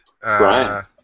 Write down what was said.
Brian